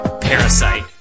parasite